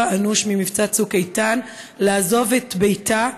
אנוש ממבצע "צוק איתן" לעזוב את ביתה,